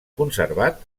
conservat